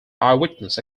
eyewitness